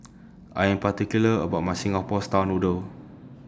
I Am particular about My Singapore Style Noodles